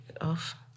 off